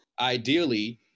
ideally